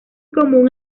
común